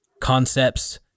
concepts